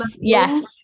yes